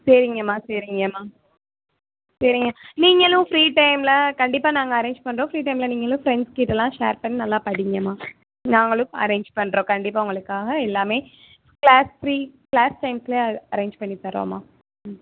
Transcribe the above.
சரிங்கம்மா சரிங்கம்மா சரிங்க நீங்களும் ஃப்ரீ டைமில் கண்டிப்பாக நாங்கள் அரேஞ்ச் பண்ணுறோம் ஃப்ரீ டைமில் நீங்களும் ஃப்ரெண்ட்ஸ் கிட்டயெலாம் ஷேர் பண்ணி நல்லா படிங்கம்மா நாங்களும் அரேஞ்ச் பண்ணுறோம் கண்டிப்பாக உங்களுக்காக எல்லாமே க்ளாஸ் ஃப்ரீ க்ளாஸ் டைம்ஸில் அ அரேஞ்ச் பண்ணி தர்றோம்மா ம்